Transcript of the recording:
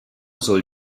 soll